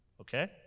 okay